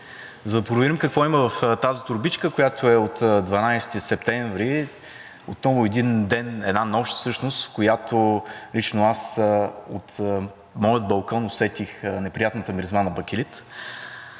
За да проверим какво има в тази торбичка, която от 12 септември (показва), отново една нощ, в която лично аз от моя балкон усетих неприятната миризма на бакелит,